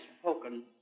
spoken